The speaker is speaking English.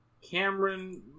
Cameron